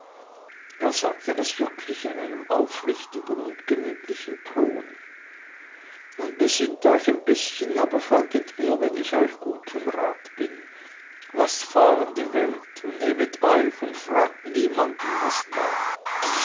er sagte das wirklich in einem aufrichtigen und gemütlichen tone nun besinnt euch ein bißchen aber folget mir wenn ich euch gut zum rat bin laßt fahren die welt und nehmet euch und fraget niemandem was nach